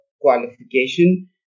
qualification